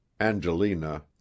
angelina